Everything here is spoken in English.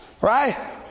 Right